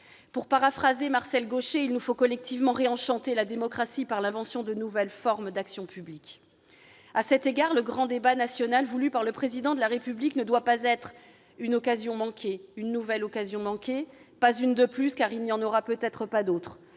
Pour paraphraser Marcel Gauchet, il nous faut collectivement réenchanter la démocratie, par l'invention de nouvelles formes d'action publique. Très bien ! À cet égard, le grand débat national voulu par le Président de la République ne doit pas être une nouvelle occasion manquée, d'autant qu'il n'y en aura peut-être pas d'autre